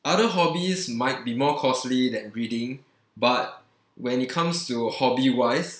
other hobbies might be more costly than reading but when it comes to hobby wise